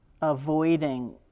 avoiding